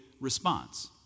response